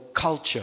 culture